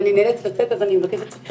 ואני נאלצת לצאת, אז אני מבקשת סליחה.